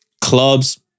clubs